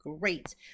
Great